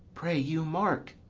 pray you, mark.